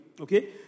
okay